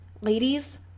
ladies